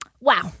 Wow